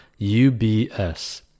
UBS